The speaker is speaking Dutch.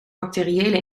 bacteriële